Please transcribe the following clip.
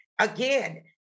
Again